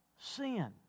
sin